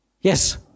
Yes